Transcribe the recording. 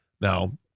Now